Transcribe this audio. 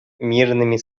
мирными